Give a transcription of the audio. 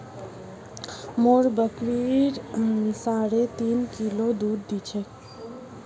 मोर बकरी साढ़े तीन किलो दूध दी छेक